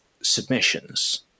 submissions